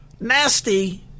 nasty